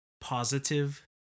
positive